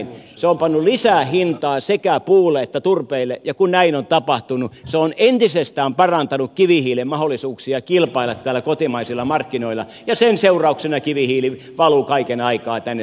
se on pannut lisää hintaa sekä puulle että turpeelle ja kun näin on tapahtunut se on entisestään parantanut kivihiilen mahdollisuuksia kilpailla täällä kotimaisilla markkinoilla ja sen seurauksena kivihiili valuu kaiken aikaa tänne suomeen